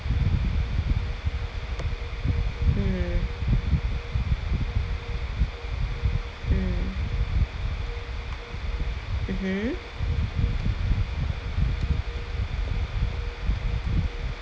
mm mm mmhmm